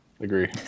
agree